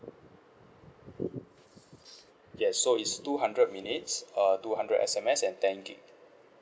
yes so it's two hundred minutes uh two hundred S_M_S and ten gig